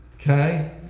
Okay